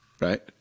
right